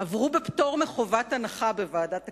עברו בפטור מחובת הנחה בוועדת הכנסת.